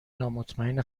نامطمئن